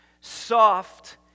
soft